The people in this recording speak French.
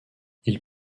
ils